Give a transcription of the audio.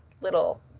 little